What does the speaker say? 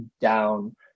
down